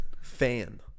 Fan